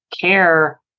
care